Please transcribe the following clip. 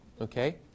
Okay